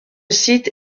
site